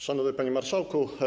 Szanowny Panie Marszałku!